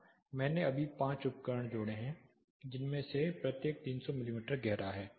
मैंने अभी 5 उपकरण जोड़े हैं जिनमें से प्रत्येक 300 मिमी गहरा है